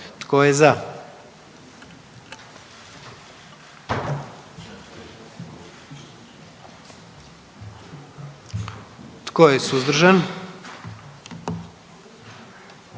Tko je za? Tko je suzdržan?